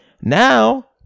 Now